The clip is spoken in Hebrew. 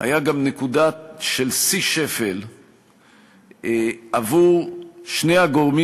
היה גם נקודה של שיא בשפל של שני הגורמים